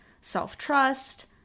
self-trust